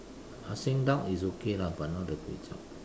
I think duck is okay lah but not the kway-chap